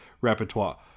repertoire